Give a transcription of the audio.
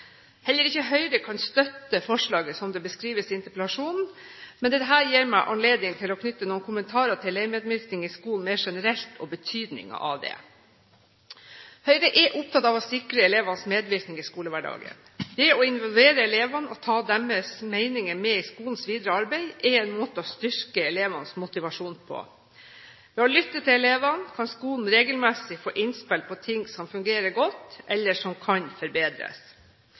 Heller ikke Høyre kan støtte forslaget slik det beskrives i interpellasjonen, men dette gir meg anledning til å knytte noen kommentarer til elevmedvirkning i skolen mer generelt og betydningen av det. Høyre er opptatt av å sikre elevenes medvirkning i skolehverdagen. Det å involvere elevene og ta deres meninger med i skolens videre arbeid er en måte å styrke elevenes motivasjon på. Ved å lytte til elevene kan skolen regelmessig få innspill på ting som fungerer godt eller som kan forbedres.